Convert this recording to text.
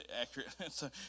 accurate